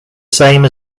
same